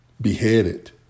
beheaded